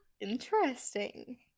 interesting